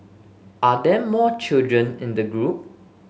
are there more children in the group